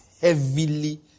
heavily